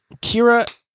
Kira